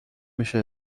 میشه